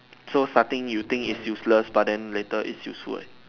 so starting you think it useless but then later it's useful eh